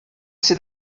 sydd